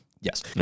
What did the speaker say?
Yes